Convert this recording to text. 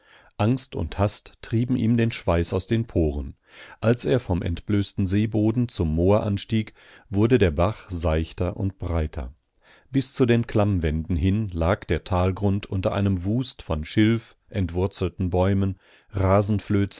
angst und hast trieben ihm den schweiß aus den poren als er vom entblößten seeboden zum moor anstieg wurde der bach seichter und breiter bis zu den klammwänden hin lag der talgrund unter einem wust von schilf entwurzelten bäumen